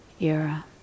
era